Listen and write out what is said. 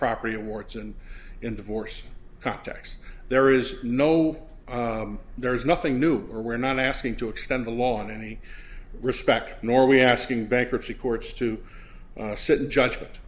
property awards and in divorce contexts there is no there is nothing new or we're not asking to extend the law in any respect nor are we asking bankruptcy courts to sit in judgment